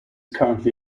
currently